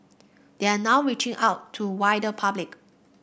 they are now reaching out to wider public